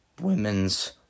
Women's